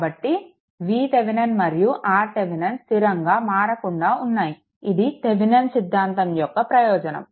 కాబట్టి VThevenin మరియు RThevenin స్థిరంగా మారకుండా ఉంటాయి ఇది థెవెనిన్ సిద్ధాంతం యొక్క ప్రయోజనం